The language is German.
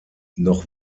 noch